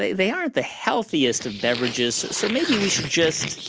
they they aren't the healthiest of beverages, so maybe we should just.